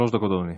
שלוש דקות, אדוני.